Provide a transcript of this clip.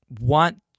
want